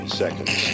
seconds